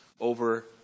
over